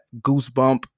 goosebump